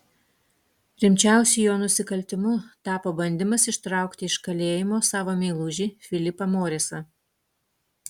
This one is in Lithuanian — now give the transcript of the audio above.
rimčiausiu jo nusikaltimu tapo bandymas ištraukti iš kalėjimo savo meilužį filipą morisą